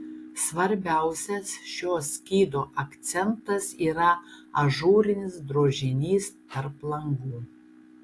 svarbiausias šio skydo akcentas yra ažūrinis drožinys tarp langų